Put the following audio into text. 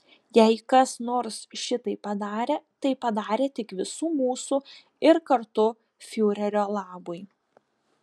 jei kas nors šitai padarė tai padarė tik visų mūsų ir kartu fiurerio labui